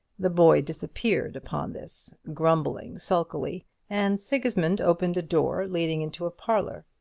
the boy disappeared upon this, grumbling sulkily and sigismund opened a door leading into a parlour.